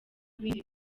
ibindi